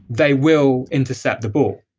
they will intercept the ball.